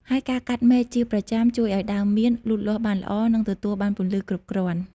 ហើយការកាត់មែកជាប្រចាំជួយឱ្យដើមមៀនលូតលាស់បានល្អ និងទទួលបានពន្លឺគ្រប់គ្រាន់។